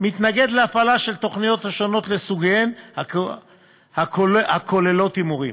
מתנגד להפעלה של התוכניות השונות לסוגיהן הכוללות הימורים.